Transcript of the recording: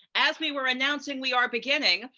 as we were announcing we are beginning,